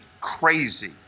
crazy